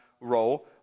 role